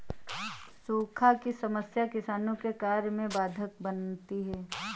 सूखा की समस्या किसानों के कार्य में बाधक बनती है